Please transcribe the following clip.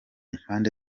mpande